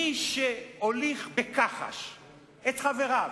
מי שהוליך בכחש את חבריו,